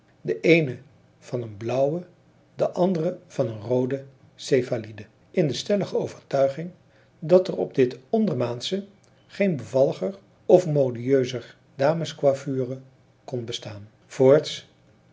de eene van een blauwe de andere van een roode céphalide in de stellige overtuiging dat er op dit ondermaansche geen bevalliger of modieuzer damescoiffure kon bestaan voorts